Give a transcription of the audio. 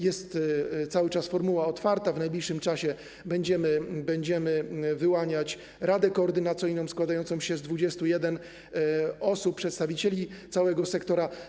Jest cały czas formuła otwarta, w najbliższym czasie będziemy wyłaniać radę koordynacyjną składającą się z 21 osób, przedstawicieli całego sektora.